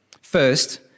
First